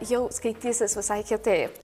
jau skaitysis visai kitaip